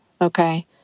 okay